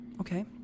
Okay